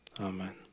Amen